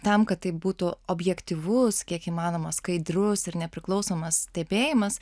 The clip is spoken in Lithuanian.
tam kad tai būtų objektyvus kiek įmanoma skaidrus ir nepriklausomas stebėjimas